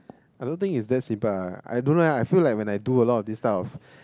I don't think it's that simple I don't know I feel like when I do a lot this stuff